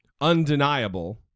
Undeniable